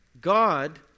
God